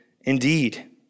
indeed